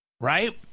Right